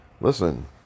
Listen